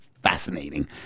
fascinating